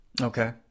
Okay